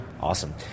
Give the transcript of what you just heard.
Awesome